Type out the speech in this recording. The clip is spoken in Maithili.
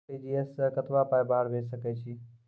आर.टी.जी.एस सअ कतबा पाय बाहर भेज सकैत छी?